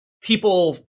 people